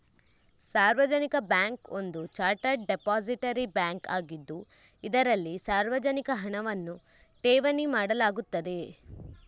ಸಾರ್ವಜನಿಕ ಬ್ಯಾಂಕ್ ಒಂದು chartered depository bank ಆಗಿದ್ದು, ಇದರಲ್ಲಿ ಸಾರ್ವಜನಿಕ ಹಣವನ್ನು ಠೇವಣಿ ಮಾಡಲಾಗುತ್ತದೆ